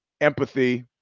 empathy